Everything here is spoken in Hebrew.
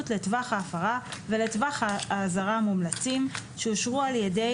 לטווח ההפרה ולטווח האזהרה המומלצים שאושרו על ידי